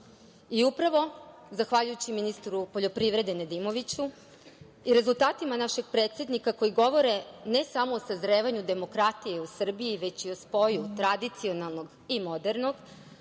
domaćin. Upravo zahvaljujući ministru poljoprivrede Nedimoviću i rezultatima našeg predsednika, koji govore ne samo o sazrevanju demokratije u Srbiji, već i o spoju tradicionalnog i modernog,